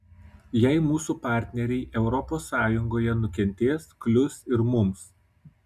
jei mūsų partneriai europos sąjungoje nukentės klius ir mums